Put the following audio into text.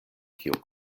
kio